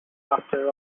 after